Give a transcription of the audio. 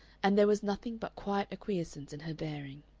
and there was nothing but quiet acquiescence in her bearing.